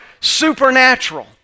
supernatural